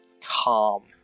calm